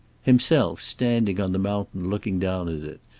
himself standing on the mountain looking down at it,